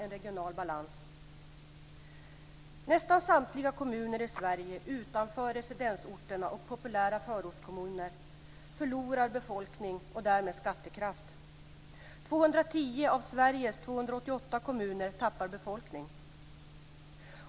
Nästan samtliga kommuner i Sverige utanför residensorterna och populära förortskommuner förlorar befolkning och därmed skattekraft. 210 av Sveriges 288 kommuner minskar i befolkningsmängd.